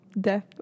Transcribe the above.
death